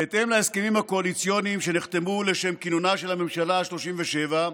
בהתאם להסכמים הקואליציוניים שנחתמו לשם כינונה של הממשלה השלושים-ושבע,